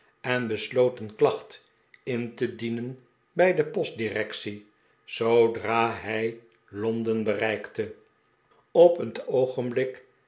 en besloot een klacht in te dienen bij de postdirectie zoodra hij londen bereikte op het oogenblik